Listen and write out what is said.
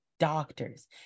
Doctors